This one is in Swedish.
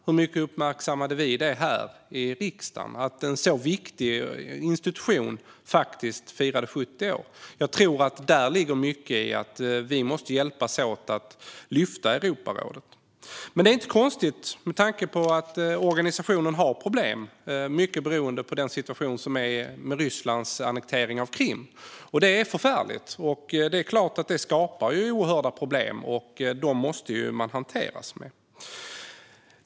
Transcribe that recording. Hur mycket uppmärksammade vi här i riksdagen att en så viktig institution faktiskt firade 70 år? Här tror jag att mycket ligger i att vi måste hjälpas åt att lyfta Europarådet. Detta är dock inte konstigt med tanke på att organisationen har problem, mycket beroende på situationen med Rysslands annektering av Krim. Det är förfärligt, och det är klart att det skapar oerhörda problem som måste hanteras.